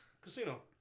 Casino